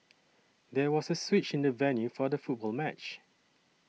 there was a switch in the venue for the football match